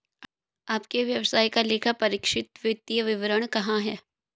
आपके व्यवसाय का लेखापरीक्षित वित्तीय विवरण कहाँ है?